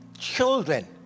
Children